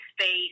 space